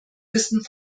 wissen